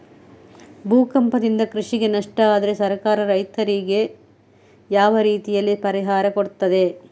ಭೂಕಂಪದಿಂದ ಕೃಷಿಗೆ ನಷ್ಟ ಆದ್ರೆ ಸರ್ಕಾರ ರೈತರಿಗೆ ಯಾವ ರೀತಿಯಲ್ಲಿ ಪರಿಹಾರ ಕೊಡ್ತದೆ?